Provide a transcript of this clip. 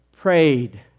prayed